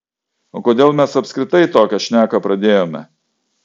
o kodėl mes apskritai tokią šneką pradėjome